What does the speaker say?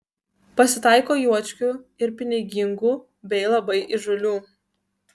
pasitaiko juočkių ir pinigingų bei labai įžūlių